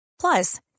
Plus